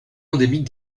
endémique